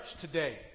today